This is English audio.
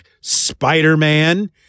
Spider-Man